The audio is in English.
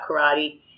karate